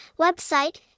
Website